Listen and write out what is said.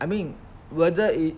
I mean whether it